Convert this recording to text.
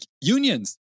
unions